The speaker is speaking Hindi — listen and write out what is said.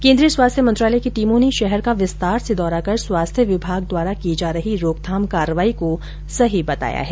केन्द्रीय स्वास्थ्य मंत्रालय की टीमों ने शहर का विस्तार से दौरा कर स्वास्थ्य विभाग द्वारा की जा रही रोकथाम कार्रवाई को सही बताया है